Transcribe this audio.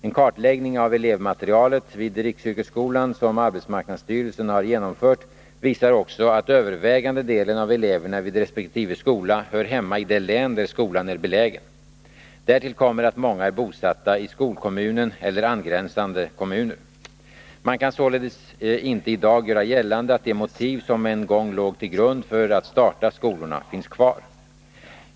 En kartläggning av elevmaterialet vid riksyrkesskolan som arbetsmarknadsstyrelsen har genomfört visar också att övervägande delen av eleverna vid resp. skola hör hemmaii det län där skolan är belägen. Därtill kommer att många är bosatta i skolkommunen eller angränsande kommuner. Man kan således inte i dag göra gällande att de motiv som en gång låg till grund för att starta skolorna finns kvar.